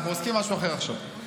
אנחנו עוסקים במשהו אחר עכשיו.